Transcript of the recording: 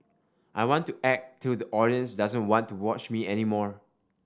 I want to act till the audience doesn't want to watch me any more